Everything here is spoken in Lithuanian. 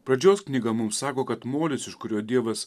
pradžios knyga mums sako kad molis iš kurio dievas